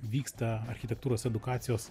vyksta architektūros edukacijos